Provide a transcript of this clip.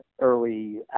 early